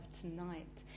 tonight